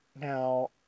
Now